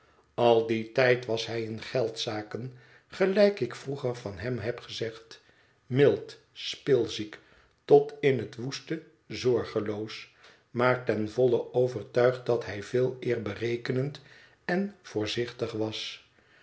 al dien tijd was hij in geldzaken gelijk ik vroeger van hém heb gezegd mild spilziek tot in het woeste zorgeloos maar ten volle overtuigd dat hij veeleer berekenend en voorzichtig was